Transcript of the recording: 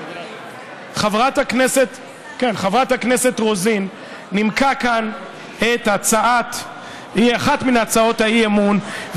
חברת הכנסת רוזין נימקה כאן אחת מהצעות האי-אמון,